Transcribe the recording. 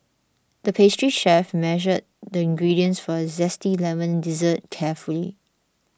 the pastry chef measured the ingredients for a Zesty Lemon Dessert carefully